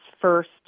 first